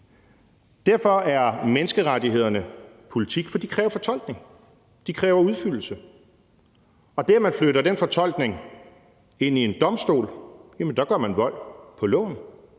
Derfor er menneskerettighederne politik, for de kræver fortolkning, de kræver udfyldelse, og ved det, at man flytter den fortolkning ind i en domstol, gør man vold på loven,